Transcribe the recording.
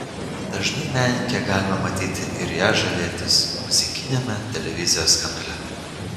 dažnai menininkę galime matyti ir ja žavėtis muzikiniame televizijos kanale